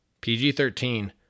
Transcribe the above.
pg-13